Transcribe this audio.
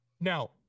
now